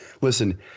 listen